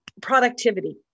productivity